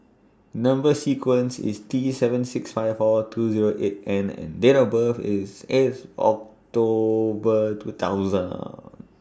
Number sequence IS T seven six five four two Zero eight N and Date of birth IS eighth October two thousand